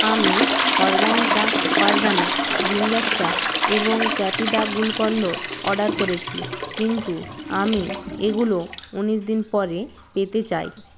আমি Organica organic ginger চা এবং ক্যাপিডা গুলকন্দ অর্ডার করেছি কিন্তু আমি এগুলো ঊনিশ দিন পরে পেতে চাই